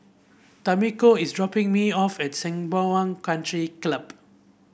Tamiko is dropping me off at Sembawang Country Club